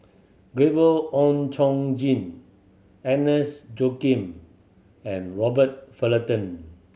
Gabriel Oon Chong Jin Agnes Joaquim and Robert Fullerton